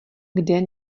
kde